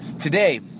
today